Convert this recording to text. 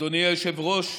אדוני היושב-ראש,